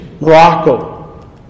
Morocco